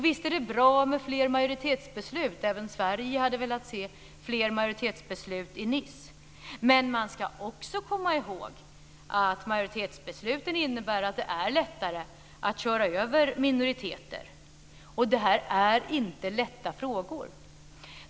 Visst är det bra med fler majoritetsbeslut. Även Sverige hade velat se fler majoritetsbeslut i Nice, men man ska också komma ihåg att majoritetsbesluten innebär att det är lättare att köra över minoriteter. Det här är inga lätta frågor.